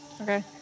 Okay